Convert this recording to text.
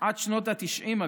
עד שנות התשעים,